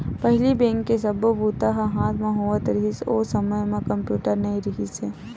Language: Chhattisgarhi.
पहिली बेंक के सब्बो बूता ह हाथ म होवत रिहिस, ओ समे म कम्प्यूटर नइ रिहिस हे